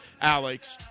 Alex